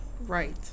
Right